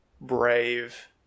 Brave